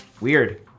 Weird